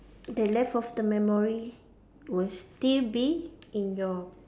the left of the memory will still be in your